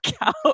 out